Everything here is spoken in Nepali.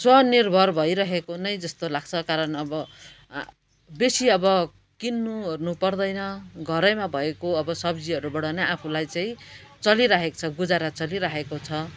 स्वनिर्भर भइरहेको नै जस्तो लाग्छ कारण अब बेसी अब किन्नु होर्नु पर्दैन घरैमा भएको अब सब्जीहरूबाट नै चलिराखेको छ गुजारा चलिराखेको छ